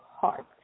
heart